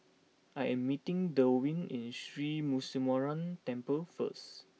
I am meeting Delwin at Sri Muneeswaran Temple first